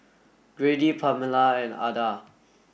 Grady Pamella and Adah